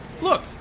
Look